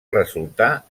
resultar